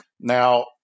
Now